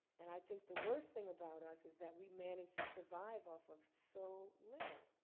and i think the worst thing about us is that we managed to survive off of so little.